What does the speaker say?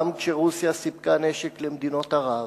גם כשרוסיה סיפקה נשק למדינות ערב,